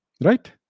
Right